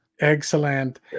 Excellent